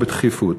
בתכיפות?